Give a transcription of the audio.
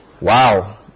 Wow